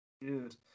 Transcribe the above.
Dude